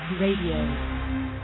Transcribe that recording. Radio